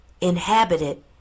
inhabited